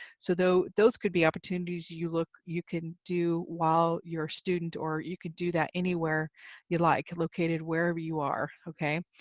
so those could be opportunities you look you can do while you're a student, or you can do that anywhere you like, located wherever you are, okay?